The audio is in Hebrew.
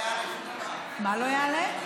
לא יעלה שום דבר, מה לא יעלה?